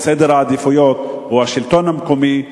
וסדר העדיפויות הוא השלטון המקומי ותושביו,